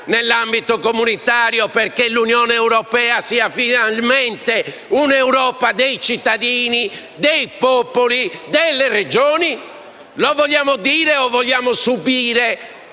in ambito comunitario affinché l'Unione europea sia finalmente un'Europa dei cittadini, dei popoli e delle Regioni? Lo vogliamo dire o vogliamo ogni